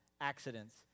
accidents